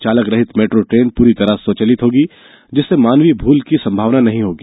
चालकरहित metro train पूरी तरह स्वचालित होगी जिससे मानवीय भूल की संभावना नही होगी